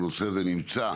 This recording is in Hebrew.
הנושא הזה נמצא